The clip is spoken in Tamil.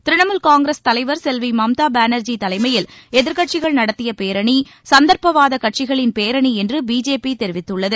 திரிணாமூல் காங்கிரஸ் தலைவர் செல்வி மம்தா பானர்ஜி தலைமையில் எதிர்கட்சிகள் நடத்திய பேரணி சந்தர்ப்பவாத கட்சிகளின் பேரணி என்று பிஜேபி தெரிவித்துள்ளது